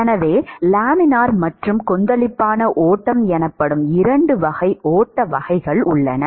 எனவே லாமினார் மற்றும் கொந்தளிப்பான ஓட்டம் எனப்படும் இரண்டு வகை ஓட்ட வகைகள் உள்ளன